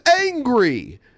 angry